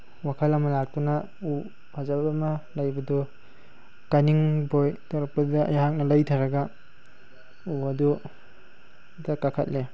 ꯋꯥꯈꯜ ꯑꯃ ꯂꯥꯛꯇꯨꯅ ꯎ ꯐꯖꯕ ꯑꯃ ꯂꯩꯕꯗꯨ ꯀꯥꯅꯤꯡꯕꯣꯏ ꯇꯧꯔꯛꯄꯗꯨꯗ ꯑꯩꯍꯥꯛꯅ ꯂꯩꯊꯔꯒ ꯎ ꯑꯗꯨꯗ ꯀꯥꯈꯠꯂꯦ